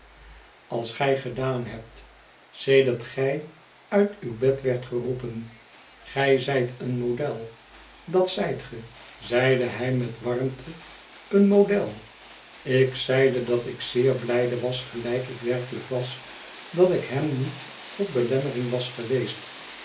als gij gedaan hebt sedert gij uit uw bed werdt geroepen gij zijt een model dat zijt ge zeide hij met warmte een model ik zeide dat ik zeer blijde was gelijk ik werkelijk was dat ik hem niet tot belemmering was geweest